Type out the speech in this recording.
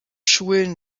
schulen